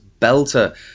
belter